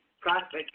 prospect